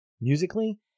musically